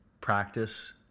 practice